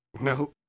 No